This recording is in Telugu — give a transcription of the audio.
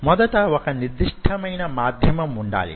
మొదట వొక నిర్దిష్టమైన మాధ్యమం వుండాలి